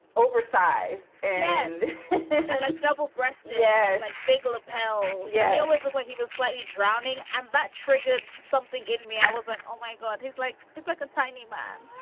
oversized and i like double breasted yeah like vagal apel. yeah. it always looked like he was slightly drowning and that triggered something in me. i was like, oh my god, he's like it's like a tiny man